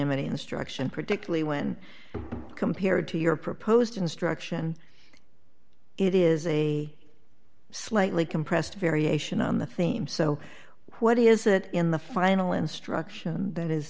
ty instruction particularly when compared to your proposed instruction it is a slightly compressed variation on the theme so what is it in the final instruction that is